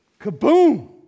kaboom